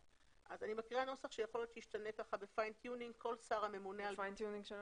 אני מקריאה נוסח שיכול להיות שישתנה בפיין טיונינג של הנסחות.